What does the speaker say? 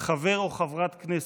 חבר או חברת כנסת,